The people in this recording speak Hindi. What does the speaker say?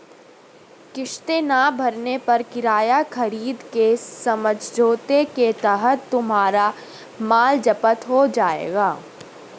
किस्तें ना भरने पर किराया खरीद के समझौते के तहत तुम्हारा माल जप्त हो जाएगा